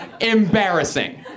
embarrassing